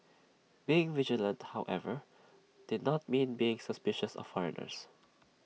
being vigilant however did not mean being suspicious of foreigners